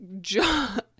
John